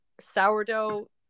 sourdough